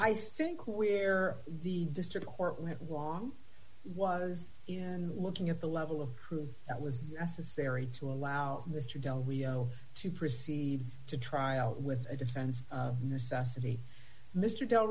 i think where the district court was was in looking at the level of proof that was necessary to allow mr del rio to proceed to trial with a defense of necessity mr del